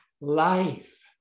life